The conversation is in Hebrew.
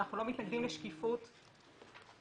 אנחנו לא מתנגדים לשקיפות --- להמשיך?